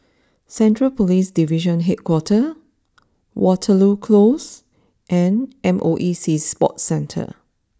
Central police Division HQ Waterloo close and MOE Sea Sports Centre